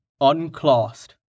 unclassed